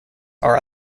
are